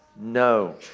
No